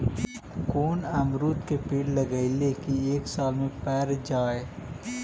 कोन अमरुद के पेड़ लगइयै कि एक साल में पर जाएं?